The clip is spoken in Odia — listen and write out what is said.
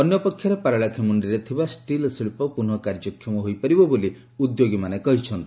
ଅନ୍ୟପକ୍ଷରେ ପାରଳାଖେମୁଣ୍ଡିରେ ଥିବା ଷ୍ଟିଲ୍ ଶିଳ୍ପ ପୁନଃ କାର୍ଯ୍ୟକ୍ଷମ ହୋଇପାରିବ ବୋଲି ଉଦ୍ୟୋଗୀମାନେ କହିଛନ୍ତି